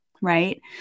right